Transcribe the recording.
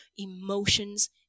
Emotions